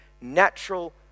natural